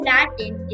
Latin